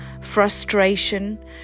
frustration